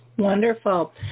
Wonderful